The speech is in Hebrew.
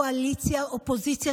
קואליציה ואופוזיציה,